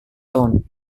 town